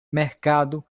mercado